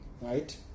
right